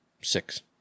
six